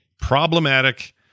problematic